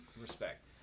respect